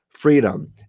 freedom